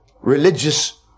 religious